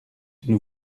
une